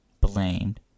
blamed